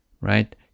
right